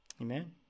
Amen